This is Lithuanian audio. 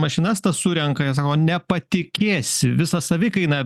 mašinas tas surenka jie sako nepatikėsi visą savikainą